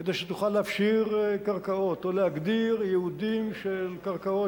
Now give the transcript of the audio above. כדי שתוכל להפשיר קרקעות או להגדיר ייעודים של קרקעות,